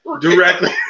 directly